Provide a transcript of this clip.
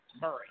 Murray